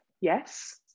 Yes